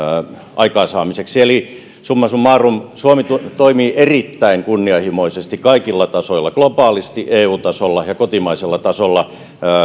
aikaansaamiseksi eli summa summarum suomi toimii erittäin kunnianhimoisesti kaikilla tasoilla globaalisti eu tasolla ja kotimaisella tasolla